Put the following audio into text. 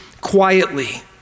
quietly